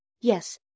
Yes